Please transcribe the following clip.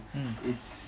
mmhmm